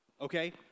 okay